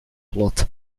plot